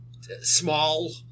small